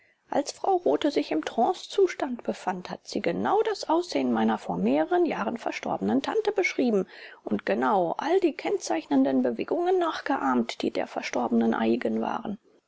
als frau rothe sich im trancezustand befand hat sie genau das aussehen meiner vor mehreren jahren verstorbenen tante beschrieben und genau all die kennzeichnenden bewegungen nachgeahmt die der verstorbenen eigen waren